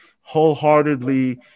wholeheartedly